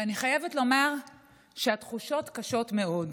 אני חייבת לומר שהתחושות קשות מאוד.